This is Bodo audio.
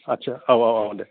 आटसा औ औ औ दे